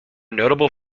notable